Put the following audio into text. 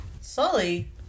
Sully